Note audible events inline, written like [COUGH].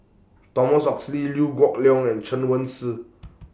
Thomas Oxley Liew Geok Leong and Chen Wen Hsi [NOISE]